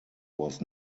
was